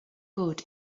good